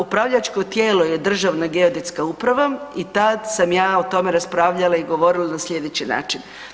Upravljačko tijelo je Državna geodetska uprava i tad sam ja o tome raspravljala i govorila na slijedeći način.